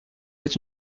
êtes